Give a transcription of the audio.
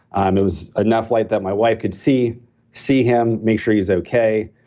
um it was enough light that my wife could see see him, make sure he's okay,